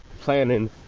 planning